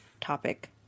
topic